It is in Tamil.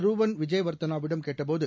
ரூவன் விஜேவர்தனாவிடம் கேட்டபோது